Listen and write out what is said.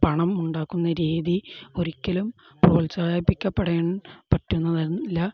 പണം ഉണ്ടാക്കുന്ന രീതി ഒരിക്കലും പ്രോത്സാഹിപ്പിക്കപ്പെടാൻ പറ്റുന്നതല്ല